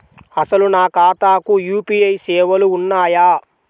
అసలు నా ఖాతాకు యూ.పీ.ఐ సేవలు ఉన్నాయా?